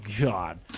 God